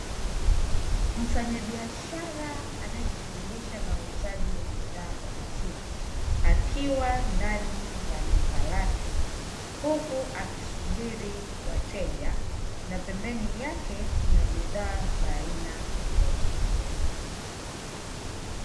Mfanyabiashara anayejishughulisha na uuzaji wa bidhaa ya maziwa akiwa ndani ya duka lake, huku akisubiri wateja na pembeni yake kuna bidhaa za aina tofautitofauti.